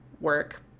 work